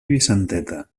vicenteta